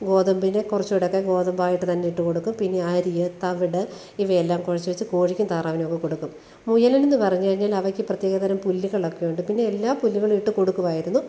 ഗോതമ്പിനെ കുറച്ചൂടൊക്കെ ഗോതമ്പായിട്ട് തന്നിട്ട് കൊടുക്കും പിന്നെ അരിയ് തവിട് ഇവയെല്ലാം കുഴച്ച് വെച്ച് കോഴിക്കും താറാവിനുവക്കെ കൊടുക്കും മുയലിനെന്ന് പറഞ്ഞ് കഴിഞ്ഞാലവയ്ക്ക് പ്രത്യേകതരം പുല്ല്കളൊക്കെ ഉണ്ട് പിന്നെ എല്ലാ പുല്ല്കൾ വിട്ട് കൊടുക്കുവായിരുന്നു